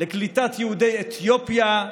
לקליטת יהודי אתיופיה,